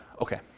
Okay